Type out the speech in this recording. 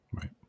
Right